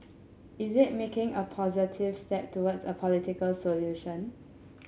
is it making a positive step towards a political solution